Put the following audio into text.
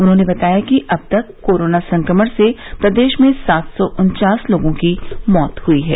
उन्होंने बताया कि अब तक कोरोना संक्रमण से प्रदेश में सात सौ उन्चास लोगों की मौत हुई है